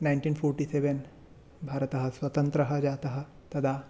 nineteen forty seven भारतः स्वतन्त्रः जातः तदा